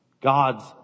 God's